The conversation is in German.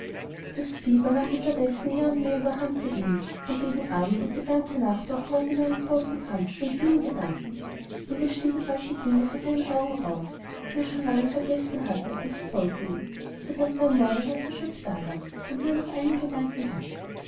das fieber nahm unterdessen mehr und mehr überhand bei ihm und gegen abend und die ganze nacht durch lag er in einem großen kampf von vielen gedanken und es stiegen alte dinge vor seinen augen auf die er schon lange vergessen hatte und verfolgten ihn so daß er am morgen ganz erschöpft dalag und nur noch einen gedanken hatte